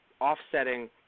offsetting